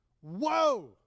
Whoa